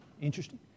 interesting